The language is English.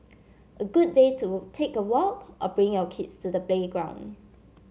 a good day to take a walk or bring your kids to the playground